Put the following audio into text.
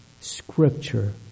Scripture